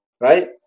right